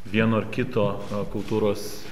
vieno ar kito kultūros